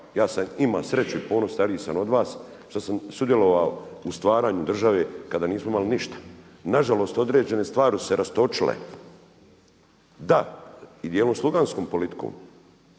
ja sam imao sreću i puno stariji sam od vas što sam sudjelovao u stvaranju države kada nismo imali ništa, nažalost određene stvari su se rastočile. Da i djelom sluganskom politikom,